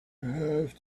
have